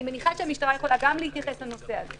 אני מניחה שהמשטרה יכולה גם להתייחס לנושא הזה.